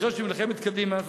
אני חושב ש"מלחמת קדימה",